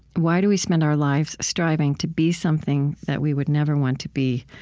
why do we spend our lives striving to be something that we would never want to be?